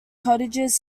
cottages